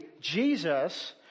Jesus